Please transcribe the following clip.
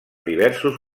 diversos